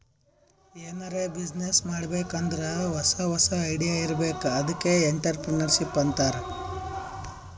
ಎನಾರೇ ಬಿಸಿನ್ನೆಸ್ ಮಾಡ್ಬೇಕ್ ಅಂದುರ್ ಹೊಸಾ ಹೊಸಾ ಐಡಿಯಾ ಇರ್ಬೇಕ್ ಅದ್ಕೆ ಎಂಟ್ರರ್ಪ್ರಿನರ್ಶಿಪ್ ಅಂತಾರ್